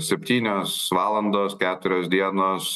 septynios valandos keturios dienos